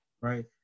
right